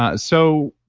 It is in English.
ah so,